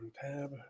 tab